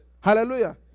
Hallelujah